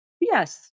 Yes